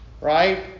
right